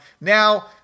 now